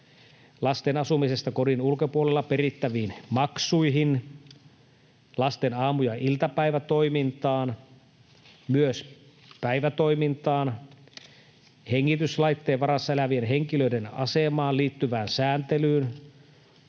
lasten asumisesta kodin ulkopuolella perittäviin maksuihin, lasten aamu- ja iltapäivätoimintaan, myös päivätoimintaan, hengityslaitteen varassa elävien henkilöiden asemaan liittyvään sääntelyyn,